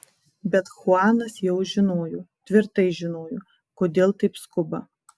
bet chuanas jau žinojo tvirtai žinojo kodėl taip skuba